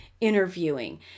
interviewing